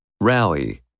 Rally